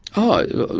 oh,